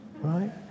Right